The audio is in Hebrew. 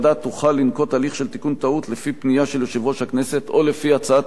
טעות לפי פנייה של יושב-ראש הכנסת או לפי הצעת היועץ המשפטי של הכנסת,